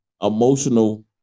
emotional